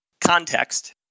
Context